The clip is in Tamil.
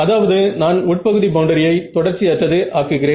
அதாவது நான் உட்பகுதி பவுண்டரியை தொடர்ச்சி அற்றது ஆக்குகிறேன்